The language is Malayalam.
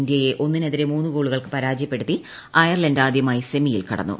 ഇന്ത്യയെ ഒന്നിനെതിരെ മൂന്ന് ഗോളുകൾക്ക് പരാജയപ്പെടുത്തി അയർലന്റ് ആദ്യമായി സെമിയിൽ കടന്നു